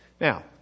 Now